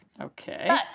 Okay